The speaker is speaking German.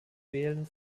wählen